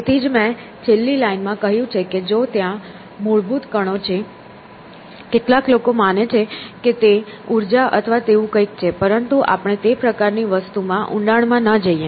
તેથી જ મેં છેલ્લી લાઈન માં કહ્યું છે કે જો ત્યાં મૂળભૂત કણો છે કેટલાક લોકો માને છે કે તે ઊર્જા અથવા તેવું કંઈક છે પરંતુ આપણે તે પ્રકારની વસ્તુમાં ઊંડાણમાં ન જઈએ